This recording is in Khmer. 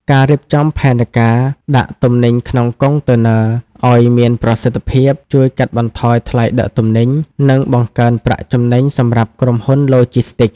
ការរៀបចំផែនការដាក់ទំនិញក្នុងកុងតឺន័រឱ្យមានប្រសិទ្ធភាព ជួយកាត់បន្ថយថ្លៃដឹកជញ្ជូន និងបង្កើនប្រាក់ចំណេញសម្រាប់ក្រុមហ៊ុនឡូជីស្ទីក។